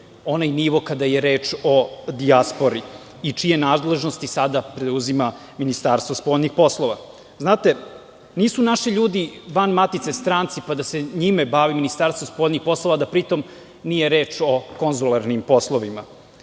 onaj nivo kada je reč o dijaspori i čije nadležnosti sada preuzima Ministarstvo spoljnih poslova. Znate, nisu naši ljudi van matice stranci, pa da se njime bavi Ministarstvo spoljnih poslova da pri tom nije reč o konzularnim poslovima.